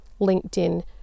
LinkedIn